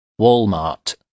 Walmart